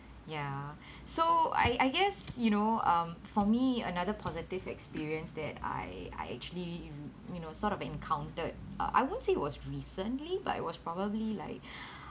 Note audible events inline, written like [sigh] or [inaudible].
ya [breath] so I I guess you know um for me another positive experience that I I actually you know sort of encountered uh I won't say was recently but it was probably like [breath]